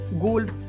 gold